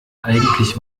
eigentlich